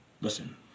listen